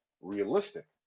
realistic